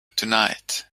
tonight